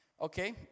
Okay